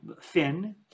thin